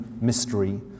mystery